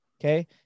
okay